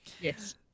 Yes